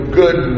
good